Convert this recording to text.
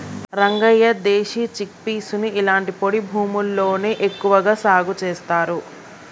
రంగయ్య దేశీ చిక్పీసుని ఇలాంటి పొడి భూముల్లోనే ఎక్కువగా సాగు చేస్తారు